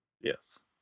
yes